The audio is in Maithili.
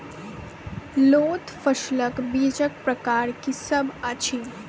लोत फसलक बीजक प्रकार की सब अछि?